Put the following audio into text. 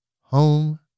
home